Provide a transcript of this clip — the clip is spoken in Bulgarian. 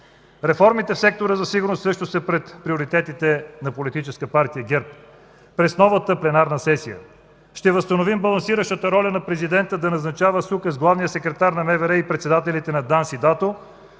Реформите в Сектора за сигурност също са сред приоритетите на политическа Партия ГЕРБ през новата пленарна сесия. Ще възстановим балансиращата роля на президента да назначава с указ главния секретар на Министерството на вътрешните